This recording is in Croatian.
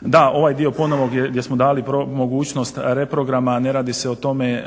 Da, ovaj dio ponovno gdje smo dali mogućnost reprograma ne radi se o tome